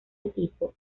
equipo